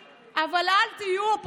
השר,